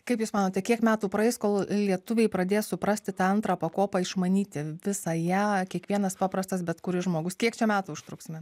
kaip jūs manote kiek metų praeis kol lietuviai pradės suprasti tą antrą pakopą išmanyti visą ją kiekvienas paprastas bet kuris žmogus kiek čia metų užtruksime